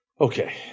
Okay